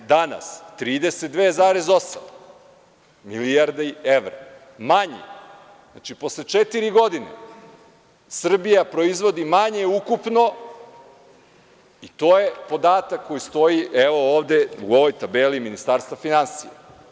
Isti taj, danas – 32,8 milijarde evra, manji, znači, posle četiri godine Srbija proizvodi manje ukupno i to je podatak koji stoji evo ovde u ovoj tabeli Ministarstva finansija.